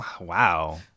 Wow